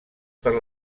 per